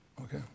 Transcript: okay